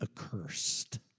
accursed